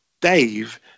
Dave